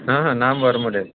ஆஹான் நாம் வர முடியாது